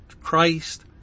Christ